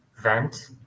vent